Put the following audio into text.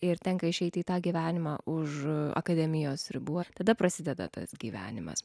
ir tenka išeiti į tą gyvenimą už akademijos ribų ar tada prasideda tas gyvenimas